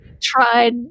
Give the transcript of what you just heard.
tried